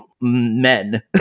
men